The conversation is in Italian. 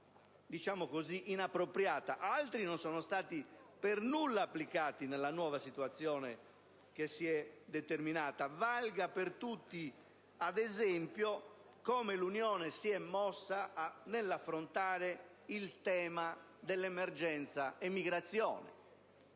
in maniera inappropriata, mentre altri non sono stati per nulla applicati nella nuova situazione che si è determinata. Valga per tutti, ad esempio, come l'Unione si è mossa nell'affrontare il tema dell'emergenza emigrazione.